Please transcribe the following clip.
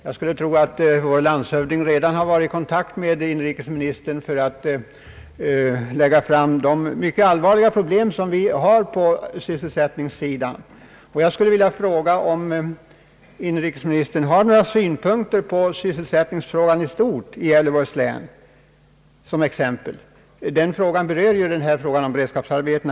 Jag skulle tro att vår landshövding redan varit i kontakt med inrikesministern för att lägga fram de mycket allvarliga problem som vi har på sysselsättningssidan.